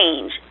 change